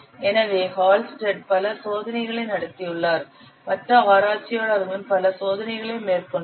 எனவே ஹால்ஸ்டெட் பல சோதனைகளை நடத்தியுள்ளார் மற்ற ஆராய்ச்சியாளர்களும் பல சோதனைகளை மேற்கொண்டனர்